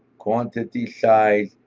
quantity, size,